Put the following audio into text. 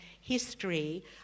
history